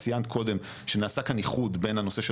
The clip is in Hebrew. את ציינת קודם שנעשה כאן איחוד בין הנושא של